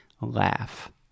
laugh